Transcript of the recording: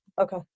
Okay